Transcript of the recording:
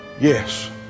yes